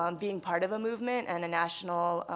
um being part of a movement and a national